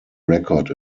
record